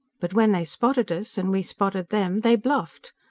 but when they spotted us, and we spotted them they bluffed!